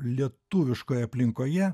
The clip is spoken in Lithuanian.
lietuviškoje aplinkoje